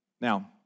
Now